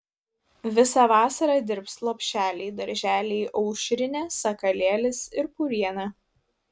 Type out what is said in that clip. visą vasarą dirbs lopšeliai darželiai aušrinė sakalėlis ir puriena